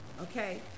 okay